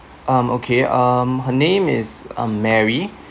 um okay um her name is um mary